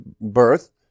birth